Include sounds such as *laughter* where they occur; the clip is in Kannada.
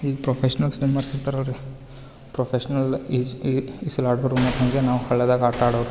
ಈ ಪ್ರೊಫೇಶ್ನಲ್ ಸ್ವಿಮ್ಮರ್ಸ್ ಇರ್ತಾರಲ್ಲ ರೀ ಪ್ರೊಫೇಶ್ನಲ್ ಈಜು ಈ ಇಸ್ಲಾಡೊದ್ರು *unintelligible* ನಾವು ಹಳ್ಳದಾಗ ಆಟ ಆಡೋರು